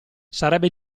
sarebbe